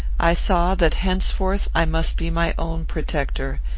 i saw that henceforth i must be my own protector,